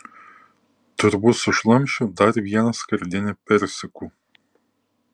turbūt sušlamšiu dar vieną skardinę persikų